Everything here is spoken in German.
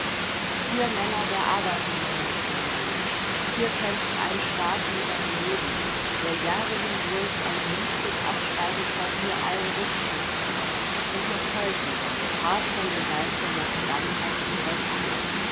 ihr männer der arbeiterinternationale hier kämpft ein staat um sein leben der jahre hindurch ein beliebtes absteigequartier allen rückschritts war und noch heute hart von den geistern der vergangenheit bedrängt wird